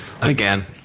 Again